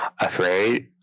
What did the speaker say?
afraid